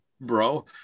bro